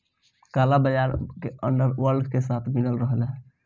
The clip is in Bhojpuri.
काला बाजार के अंडर वर्ल्ड के साथ मिलले रहला